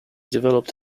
developed